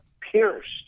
pierced